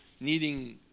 needing